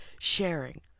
sharing